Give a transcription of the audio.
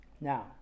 Now